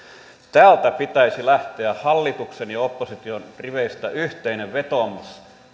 täältä pitäisi lähteä hallituksen ja opposition riveistä yhteinen vetoomus